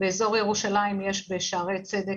באזור ירושלים יש בשערי צדק,